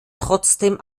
trotzdem